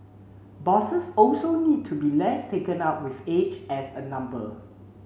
bosses also need to be less taken up with age as a number